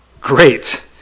Great